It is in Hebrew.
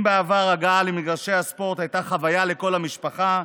אם בעבר הגעה למגרשי הספורט הייתה חוויה לכל המשפחה,